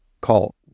call